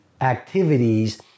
activities